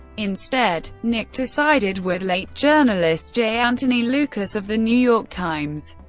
instead, nichter sided with late journalist j. anthony lukas of the new york times,